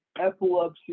epilepsy